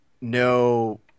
no